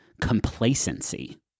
complacency